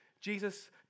Jesus